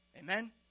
Amen